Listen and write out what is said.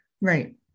right